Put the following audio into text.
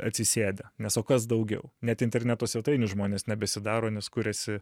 atsisėdę nes o kas daugiau net interneto svetainių žmonės nebesidaro nes kuriasi